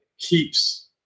keeps